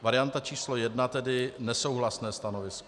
Varianta číslo jedna tedy nesouhlasné stanovisko.